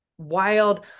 wild